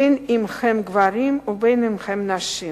בין אם הם גברים ובין אם הם נשים.